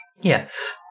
Yes